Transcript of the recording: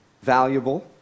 valuable